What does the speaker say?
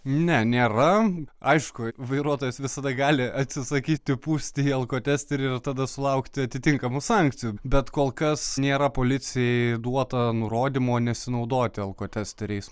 ne nėra aišku vairuotojas visada gali atsisakyti pūsti į alkotesterį ir tada sulaukti atitinkamų sankcijų bet kol kas nėra policijai duoto nurodymo nesinaudoti alkotesteriais